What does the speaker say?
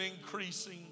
increasing